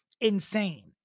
insane